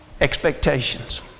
expectations